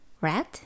red